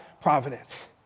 providence